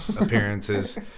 appearances